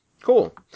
Cool